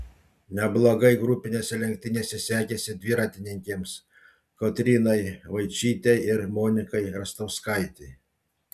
neblogai grupinėse lenktynėse sekėsi dviratininkėms kotrynai vaičytei ir monikai rastauskaitei